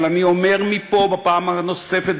אבל אני אומר מפה פעם נוספת,